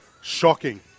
shocking